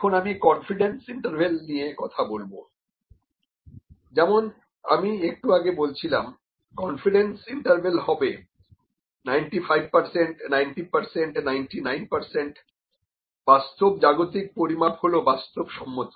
এখন আমি confidence interval নিয়ে কথা বলবো যেমন আমি একটু আগে বলছিলাম কনফিডেন্স ইন্টারভ্যাল হবে 95 90 99 বাস্তব জাগতিক পরিমাপ হলো বাস্তবসম্মত